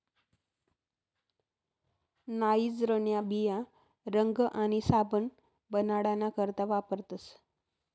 नाइजरन्या बिया रंग आणि साबण बनाडाना करता वापरतस